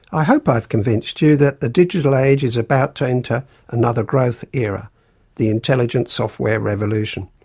i hope i've convinced you that the digital age is about to enter another growth era the intelligent software revolution.